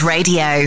Radio